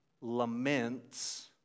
laments